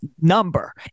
Number